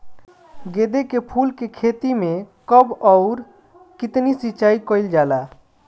गेदे के फूल के खेती मे कब अउर कितनी सिचाई कइल जाला?